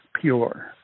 pure